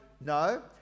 no